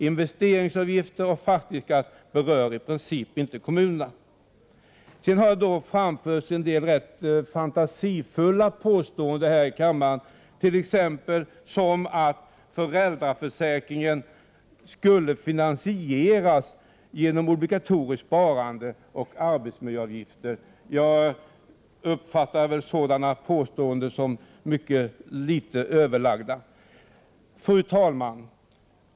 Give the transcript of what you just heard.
Investeringsavgiften och fastighetsskatten berör i princip inte kommunerna. Det har även framförts en rad fantasifulla påståenden här i kammaren, t.ex. att föräldraförsäkringen skulle finansieras genom obligatoriskt sparande och arbetsmiljöavgifter. Jag uppfattar sådana påståenden som mycket litet överlagda. Fru talman!